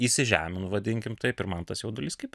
įsižeminu vadinkim taip ir man tas jaudulys kaip